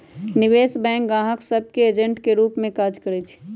निवेश बैंक गाहक सभ के एजेंट के रूप में काज करइ छै